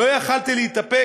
לא יכולתי להתאפק,